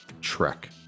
trek